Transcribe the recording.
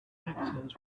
accidents